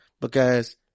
because-